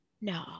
no